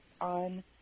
on